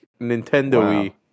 nintendo-y